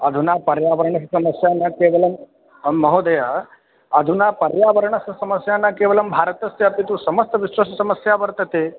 अधुना पर्यावरणस्य समस्या न केलवं महोदय अधुना पर्यावरणस्य समस्या न केवलं भारतस्य अपि तु समस्तविश्वस्य समस्या वर्तते